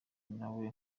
nawe